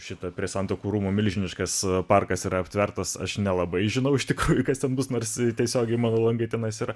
šita prie santuokų rūmų milžiniškas parkas yra aptvertas aš nelabai žinau tik kas ten bus nors tiesiogiai mano lankytinas ir